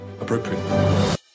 appropriate